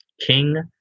King